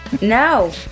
No